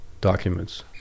documents